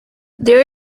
there